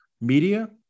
media